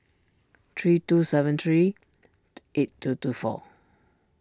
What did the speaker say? three two seven three eight two two four